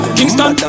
Kingston